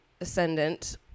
ascendant